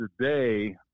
today